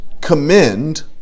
commend